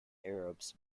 arabs